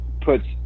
puts